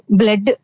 blood